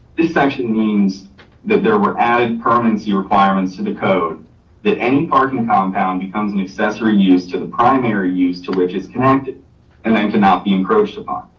this section means that there were added permanency requirements to the code that any parking compound becomes an accessory use to the primary use to which it's connected and then to not be encroached upon.